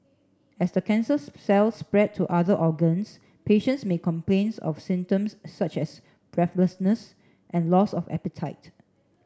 as the cancer cells spread to other organs patients may complain of symptoms such as breathlessness and loss of appetite